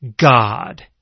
God